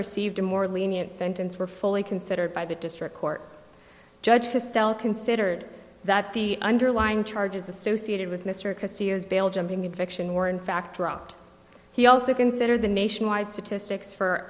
received a more lenient sentence were fully considered by the district court judge to still considered that the underlying charges associated with mr bail jumping infection were in fact dropped he also consider the nationwide statistics for